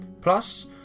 Plus